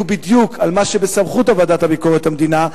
בדיוק על מה שבסמכות הוועדה לביקורת המדינה,